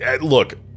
look